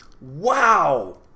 Wow